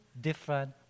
different